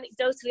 anecdotally